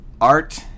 Art